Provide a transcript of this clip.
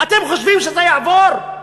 אתם חושבים שזה יעבור?